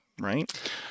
right